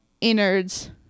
innards